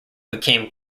became